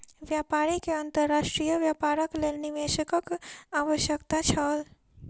व्यापारी के अंतर्राष्ट्रीय व्यापारक लेल निवेशकक आवश्यकता छल